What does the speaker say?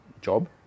job